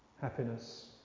happiness